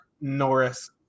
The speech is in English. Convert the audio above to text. Norris